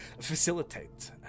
facilitate